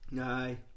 Aye